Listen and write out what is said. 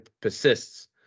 persists